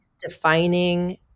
defining